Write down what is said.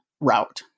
route